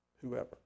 whoever